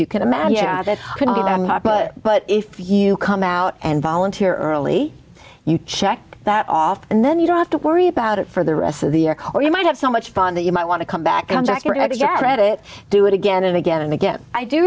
you can imagine but but if you come out and volunteer early you check that off and then you don't have to worry about it for the rest of the or you might have so much fun that you might want to come back and check your next job read it do it again and again and again i do